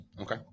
Okay